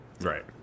Right